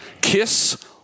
KISS